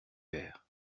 vert